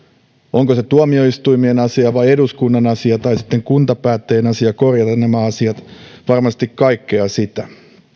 onko se tuomioistuimien asia vai eduskunnan asia vai sitten kuntapäättäjien asia korjata nämä asiat varmasti kaikkea sitä